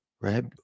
right